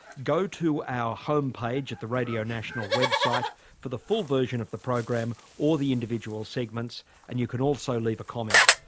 go to our homepage at the radio national website for the full version of the program or the individual segments and you can also leave a comment.